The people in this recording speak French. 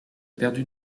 perdu